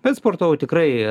bet sportavau tikrai